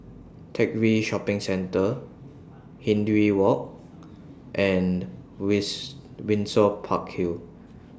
Teck Whye Shopping Centre Hindhede Walk and Windsor Park Hill